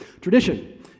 Tradition